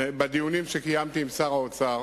בדיונים שקיימתי עם שר האוצר